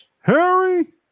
Harry